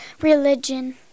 religion